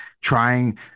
trying